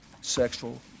sexual